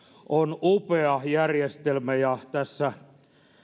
on upea järjestelmä ja tässä